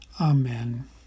Amen